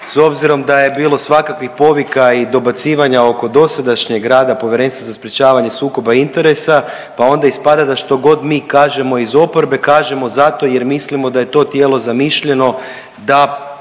s obzirom da je bilo svakakvih povika i dobacivanja oko dosadašnjeg rada Povjerenstva za sprječavanje sukoba interesa pa onda ispada da što god mi kažemo iz oporbe kažemo zato jer mislimo da je to tijelo zamišljeno da